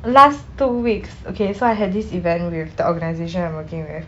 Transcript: last two weeks okay so I had this event with the organisation I'm working with